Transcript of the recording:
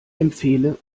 empfehle